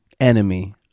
enemy